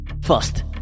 first